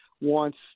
wants